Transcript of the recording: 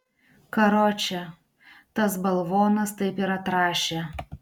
karoče tas balvonas taip ir atrašė